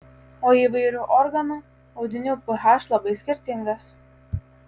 o įvairių organų audinių ph labai skirtingas